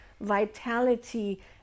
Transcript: vitality